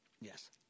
Yes